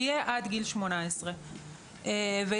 תהיה עד לגיל 18. החל מגיל מסוים,